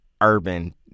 urban